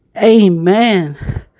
Amen